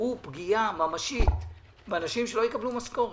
זאת פגיעה ממשית באנשים שלא יקבלו משכורת.